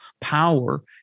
power